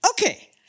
Okay